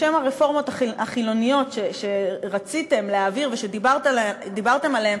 בשם הרפורמות החילוניות שרציתם להעביר ושדיברתם עליהן,